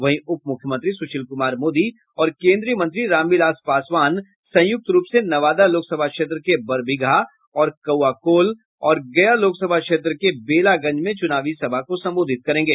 वहीं उपमुख्यमंत्री सुशील कुमार मोदी और केन्द्रीय मंत्री रामविलास पासवान संयुक्त रूप से नवादा लोकसभा क्षेत्र के बरबीघा और कौआकोल और गया लोकसभा क्षेत्र के बेलागंज में चुनावी सभा को संबोधित करेंगे